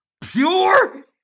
Pure